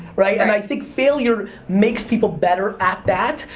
right? and i think failure makes people better at that,